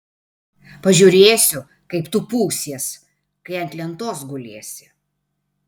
pažiūrėsiu kaip tu pūsies kai ant lentos gulėsi